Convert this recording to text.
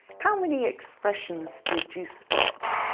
how many expressions did you spot?